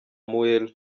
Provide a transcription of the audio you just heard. mueller